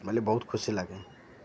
ବୋଲି ବହୁତ ଖୁସି ଲାଗେ